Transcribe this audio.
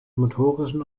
motorischen